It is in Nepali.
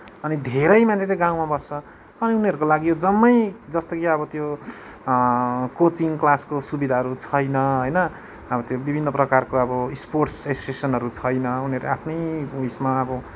अनि धेरै मान्छे चाहिँ गाउँमा बस्छ अनि उनीहरूको लागि यो जम्मै जस्तै कि अब त्यो कोचिङ क्लासको सुविधाहरू छैन होइन अब त्यो विभिन्न प्रकारको अब स्पोर्ट्स एसोसियसनहरू छैन उनीहरू आफ्नै उयसमा अब